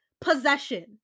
Possession